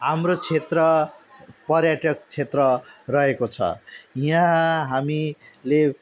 हाम्रो क्षेत्र पर्यटक क्षेत्र रहेको छ यहाँ हामीले